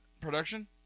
production